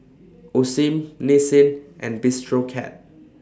Osim Nissin and Bistro Cat